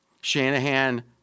Shanahan